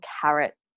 carrot